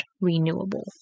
renewable